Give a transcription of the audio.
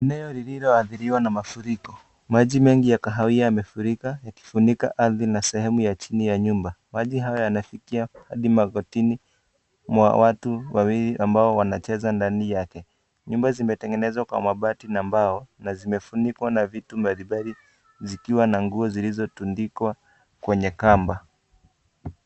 Enei lililoadhiriwa na mafuriko maji mengi ya kahawia yamefurika yakifunika ardhi na sehemu nyingi ya chini ya nyumba maji haya yanafikia hadi magotini mwa watu wawili ambao wanacheza ndani yake, nyumba zimetengenezwa kwa mabati na mbao na zimefunikwa na vitu mbalimbali zikiwa na nguo zilizotundikwa kwenye kamba.